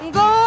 go